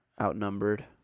outnumbered